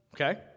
okay